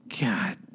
God